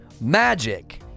magic